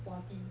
forty